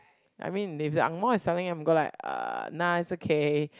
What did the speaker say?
I mean they if the angmoh is selling I'm gonna like uh nah is okay